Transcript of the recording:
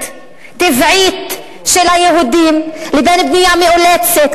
טבעית של היהודים לבין בנייה מאולצת,